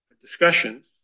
discussions